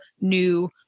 new